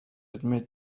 admit